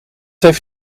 heeft